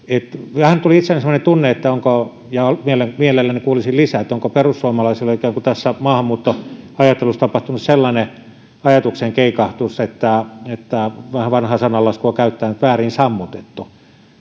vähän tuli itselleni semmoinen tunne onko ja mielelläni kuulisin lisää perussuomalaisilla ikään kuin tässä maahanmuuttoajattelussa tapahtunut sellainen ajatuksen keikahdus että että on vanhaa sananlaskua käyttäen väärin sammutettu